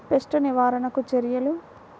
Pest నివారణకు చర్యలు?